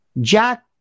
Jack